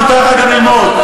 מותר לך גם ללמוד.